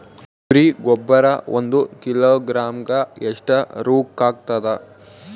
ಕುರಿ ಗೊಬ್ಬರ ಒಂದು ಕಿಲೋಗ್ರಾಂ ಗ ಎಷ್ಟ ರೂಕ್ಕಾಗ್ತದ?